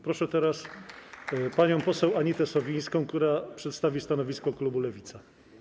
Proszę teraz panią poseł Anitę Sowińską, która przedstawi stanowisko klubu Lewica.